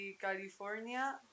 California